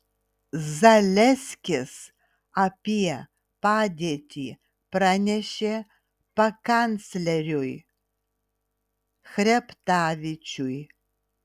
zaleskis apie padėtį pranešė pakancleriui chreptavičiui